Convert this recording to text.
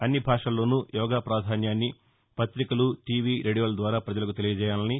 అన్ని భాషల్లోనూ యోగా ప్రాధాన్యాన్ని పతికలు టీవీ రేడియో ల ద్వారా ప్రజలకు తెలియజేయాలని